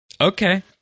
Okay